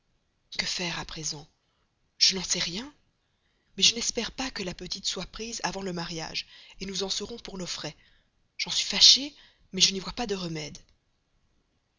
que faire à présent je n'en sais rien mais je n'espère pas que la petite soit prise avant le mariage nous en serons pour nos frais j'en suis fâché mais je n'y vois pas de remède